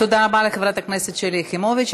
תודה רבה לחברת הכנסת שלי יחימוביץ.